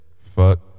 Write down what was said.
Fuck